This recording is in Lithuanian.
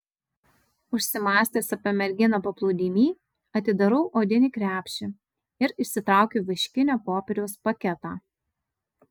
užsimąstęs apie merginą paplūdimy atidarau odinį krepšį ir išsitraukiu vaškinio popieriaus paketą